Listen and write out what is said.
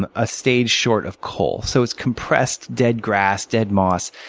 and a stage short of coal. so it's compressed, dead grass, dead moss,